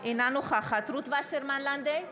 אינה נוכחת רות וסרמן לנדה,